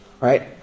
Right